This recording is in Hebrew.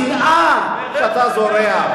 השנאה שאתה זורע,